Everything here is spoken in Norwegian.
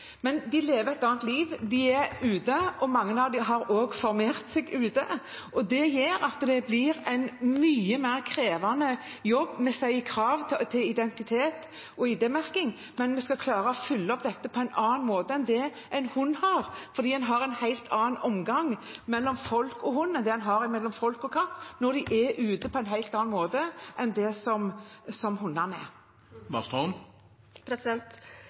Men katter lever et annet liv, de er ute. Mange av dem har også formert seg ute, og det gjør at det blir en mye mer krevende jobb om vi stiller krav til identitet og ID-merking. Men vi skal klare å følge opp dette på en annen måte enn det vi gjør for en hund, for det er en helt annen omgang mellom folk og hund enn mellom folk og katt – når de er ute på en helt annen måte enn det